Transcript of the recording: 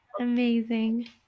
Amazing